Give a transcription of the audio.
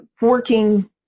working